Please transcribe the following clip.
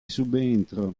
subentro